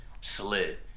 slid